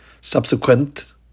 subsequent